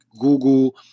Google